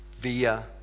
Via